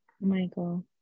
Michael